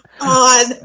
on